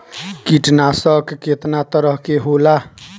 कीटनाशक केतना तरह के होला?